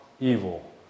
evil